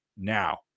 now